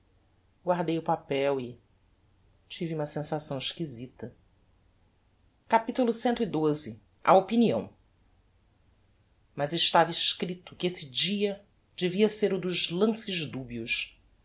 guardei o papel e tive uma sensação exquisita capitulo cxii a opinião mas estava escripto que esse dia devia ser o dos lances dubios